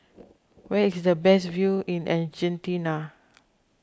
where is the best view in Argentina